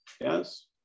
yes